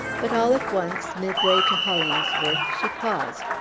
but, all at once, midway to hollingsworth, she paused,